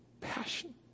Passion